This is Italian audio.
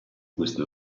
queste